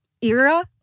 era